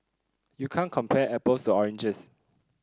you can't compare apples to oranges